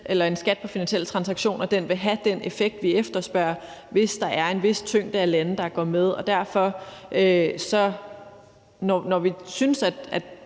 at en skat på finansielle transaktioner vil have den effekt, vi efterspørger, hvis der er en vis tyngde af lande, der går med, og når vi synes, at